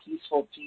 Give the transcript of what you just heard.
peaceful